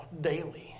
daily